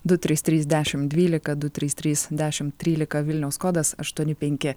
du trys trys dešimt dvylika du trys trys dešimt trylika vilniaus kodas aštuoni penki